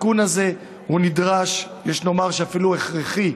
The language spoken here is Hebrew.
התיקון הזה הוא נדרש, יש לומר שאפילו הכרחי,